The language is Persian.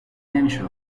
نمیشد